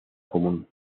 común